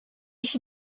she